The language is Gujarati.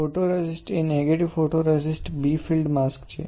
ફોટોરેઝિસ્ટ એ negative photoresist b field mask છે